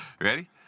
Ready